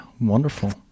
wonderful